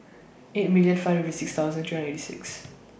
eight million five hundred and fifty six thousand three hundred and eighty six